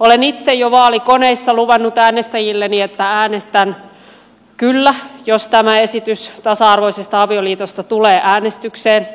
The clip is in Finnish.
olen itse jo vaalikoneissa luvannut äänestäjilleni että äänestän kyllä jos tämä esitys tasa arvoisesta avioliitosta tulee äänestykseen